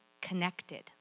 connected